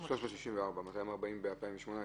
364. 240 ב-2018.